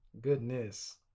Goodness